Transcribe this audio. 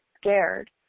scared